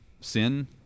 sin